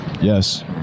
Yes